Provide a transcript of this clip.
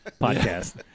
podcast